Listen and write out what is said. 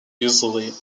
usually